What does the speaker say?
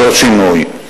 ללא שינוי.